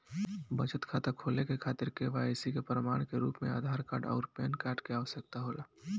बचत खाता खोले के खातिर केवाइसी के प्रमाण के रूप में आधार आउर पैन कार्ड के आवश्यकता होला